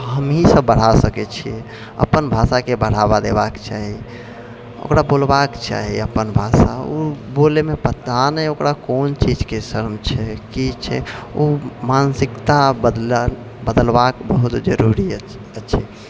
हमही सब बढ़ाय सकैत छियै अपन भाषाके बढ़ावा देबाक चाही ओकरा बोलबाक चाही अपन भाषा ओ बोलैमे पता नहि ओकरा कोन चीजके शरम छै की छै ओ मानसिकता बदला बदलबाक बहुत जरुरी अछि